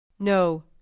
No